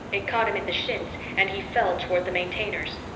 it caught him in the shins and he fell toward the maintainers.